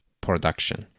production